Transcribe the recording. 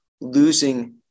losing